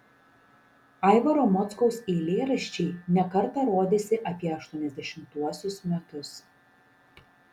aivaro mockaus eilėraščiai ne kartą rodėsi apie aštuoniasdešimtuosius metus